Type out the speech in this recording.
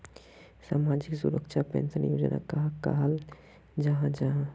सामाजिक सुरक्षा पेंशन योजना कहाक कहाल जाहा जाहा?